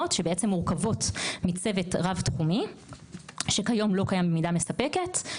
שמורכבות מצוות רב-תחומי שכיום לא קיים במידה מספקת.